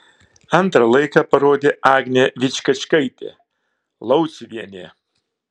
antrą laiką parodė agnė vičkačkaitė lauciuvienė